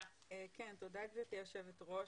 תודה, גברתי היושבת-ראש,